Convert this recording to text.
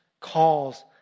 calls